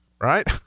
right